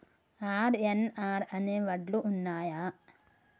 RNR అనే వడ్లు ఉన్నయా?